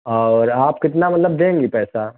और आप कितना मतलब देंगी पैसा